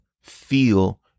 feel